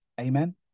Amen